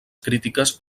crítiques